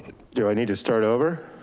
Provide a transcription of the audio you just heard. do i need to start over?